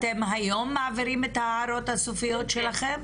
אתם היום מעבירים את ההערות הסופיות שלכם?